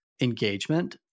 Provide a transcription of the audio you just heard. engagement